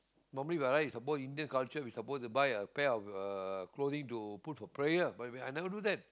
normally by right supposedly Indian culture we're supposed to buy a pair of uh clothing to put for prayer but I I never do that